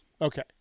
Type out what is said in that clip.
Okay